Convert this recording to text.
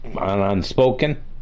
unspoken